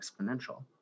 exponential